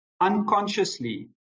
unconsciously